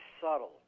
subtle